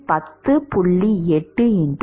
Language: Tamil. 8x 10 4 4564s223